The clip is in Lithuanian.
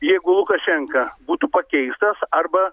jeigu lukašenka būtų pakeistas arba